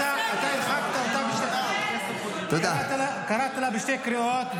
אתה קראת לה בשתי קריאות,